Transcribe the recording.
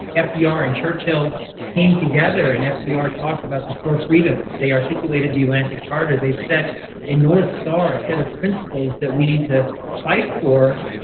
fdr and churchill came together and fdr talked about the four freedoms. they articulated the atlantic charter. they set a north star, a set of principles that we need to fight for,